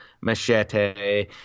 machete